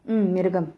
mm மிருகம்:mirugam